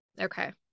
Okay